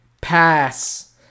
pass